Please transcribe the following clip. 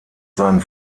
seinen